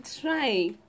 try